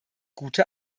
gute